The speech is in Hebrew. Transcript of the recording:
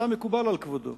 זה המקובל על כבודו,